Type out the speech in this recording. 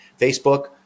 Facebook